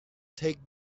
take